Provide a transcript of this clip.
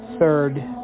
third